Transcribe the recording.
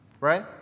right